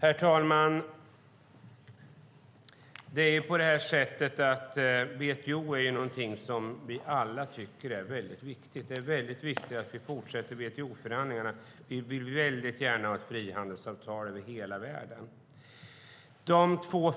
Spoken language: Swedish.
Herr talman! Vi tycker alla att WTO är viktigt. Det är viktigt att vi fortsätter WTO-förhandlingarna. Vi vill gärna ha ett frihandelsavtal över hela världen. De två